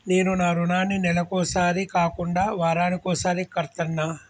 నేను నా రుణాన్ని నెలకొకసారి కాకుండా వారానికోసారి కడ్తన్నా